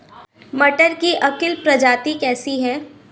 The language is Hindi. मटर की अर्किल प्रजाति कैसी है?